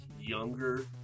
younger